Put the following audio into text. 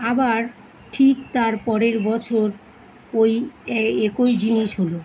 আবার ঠিক তারপরের বছর ওই এ একই জিনিস হলো